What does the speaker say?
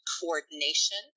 coordination